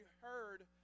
heard